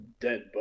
dead